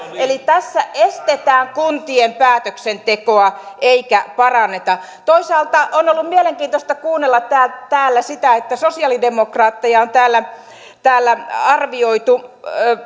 eli tässä estetään kuntien päätöksentekoa eikä paranneta toisaalta on ollut mielenkiintoista kuunnella täällä sitä että sosiaalidemokraatteja on täällä täällä arvioitu